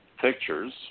pictures